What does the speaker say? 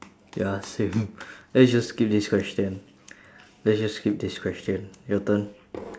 ya same let's just skip this question let's just skip this question your turn